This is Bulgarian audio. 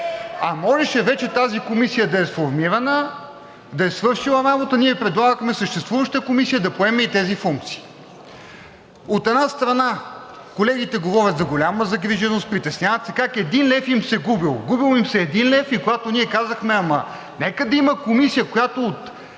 а можеше вече тази комисия да е сформирана, да е свършила работа. Ние предлагахме съществуваща комисия да поеме и тези функции. От една страна, колегите говорят за голяма загриженост, притесняват се как един лев им се губел, губел им се е един лев и когато ние казахме: ама, нека да има комисия, която от